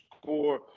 score